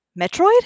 Metroid